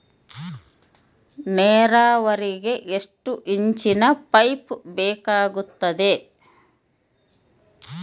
ನೇರಾವರಿಗೆ ಎಷ್ಟು ಇಂಚಿನ ಪೈಪ್ ಬೇಕಾಗುತ್ತದೆ?